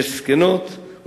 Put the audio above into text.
יש זקנות,